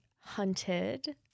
hunted